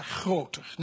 groter